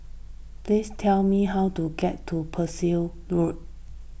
please tell me how to get to Percival Road